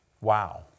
Wow